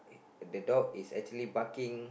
the dog is actually barking